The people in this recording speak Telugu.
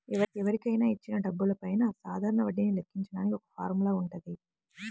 ఎవరికైనా ఇచ్చిన డబ్బులపైన సాధారణ వడ్డీని లెక్కించడానికి ఒక ఫార్ములా వుంటది